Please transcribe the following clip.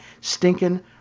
stinking